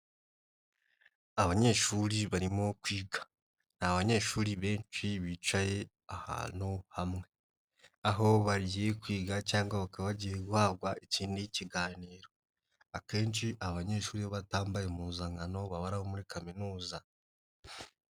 Abanyeshuri barimo kwiga, ni abanyeshuri benshi bicaye ahantu hamwe aho bagiye kwiga cyangwa bakaba bagiye guhabwa ikindi kiganiro, akenshi abanyeshuri iyo batambaye impuzankano baba ari abo muri kaminuza.